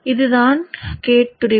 இது தான் கேட் துடிப்பு